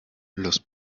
los